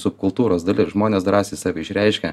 subkultūros dalis žmonės drąsiai save išreiškia